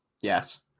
Yes